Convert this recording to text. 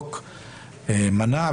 החוק מנע,